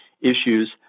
issues